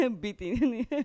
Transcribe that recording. beating